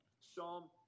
Psalm –